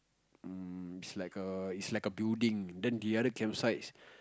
um is like err is like a building then the other camp